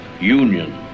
union